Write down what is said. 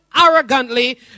arrogantly